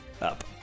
up